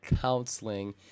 counseling